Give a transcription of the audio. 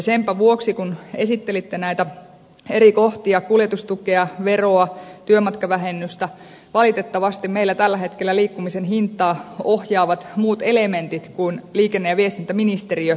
senpä vuoksi kun esittelitte näitä eri kohtia kuljetustukea veroa työmatkavähennystä valitettavasti meillä tällä hetkellä liikkumisen hintaa ohjaavat muut elementit kuin liikenne ja viestintäministeriö